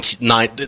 nine